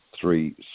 Three